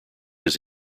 his